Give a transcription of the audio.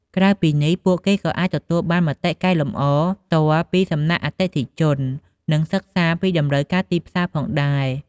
ក្រៅពីនេះ ពួកគេក៏អាចទទួលបានមតិកែលម្អផ្ទាល់ពីសំណាក់អតិថិជន និងសិក្សាពីតម្រូវការទីផ្សារផងដែរ។